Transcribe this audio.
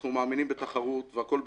אנחנו מאמינים בתחרות והכול בסדר,